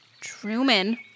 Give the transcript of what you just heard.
Truman